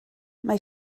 mae